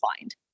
find